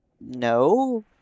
no